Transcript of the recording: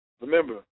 Remember